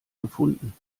gefunden